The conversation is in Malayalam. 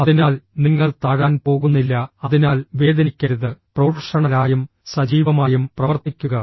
അതിനാൽ നിങ്ങൾ താഴാൻ പോകുന്നില്ല അതിനാൽ വേദനിക്കരുത് പ്രൊഫഷണലായും സജീവമായും പ്രവർത്തിക്കുക